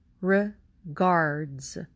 regards